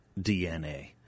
DNA